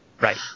Right